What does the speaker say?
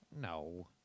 No